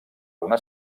una